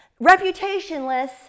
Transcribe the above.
reputationless